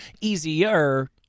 easier